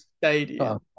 stadium